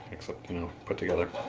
except you know put together,